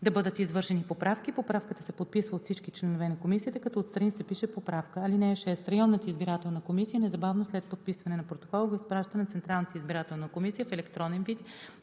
да бъдат извършвани поправки. Поправката се подписва от всички членове на комисията, като отстрани се пише „поправка“. (6) Районната избирателна комисия незабавно след подписване на протокола го изпраща на Централната избирателна комисия в електронен вид,